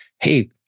Hey